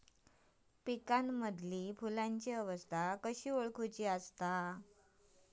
पिकांमदिल फुलांची अवस्था कशी ओळखुची?